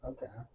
Okay